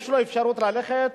יש לו אפשרות ללכת